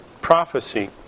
prophecy